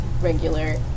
regular